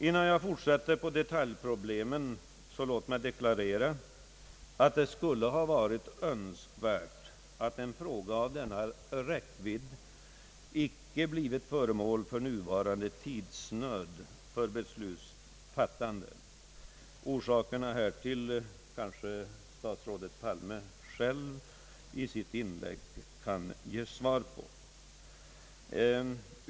Innan jag fortsätter på detaljproblemen vill jag deklarera att det hade varit önskvärt att en fråga av denna räckvidd icke blivit föremål för nuvarande tidsnöd för besluts fattande. Orsakerna härtill kanske statsrådet Palme själv i sitt inlägg kan ge svar på.